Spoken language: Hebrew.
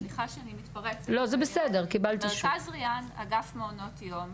סליחה שאני מתפרצת במרכז ריאן אגף מעונות יום,